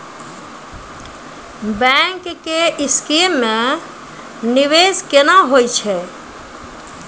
Bank के scheme मे निवेश केना होय छै?